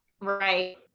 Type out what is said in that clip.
Right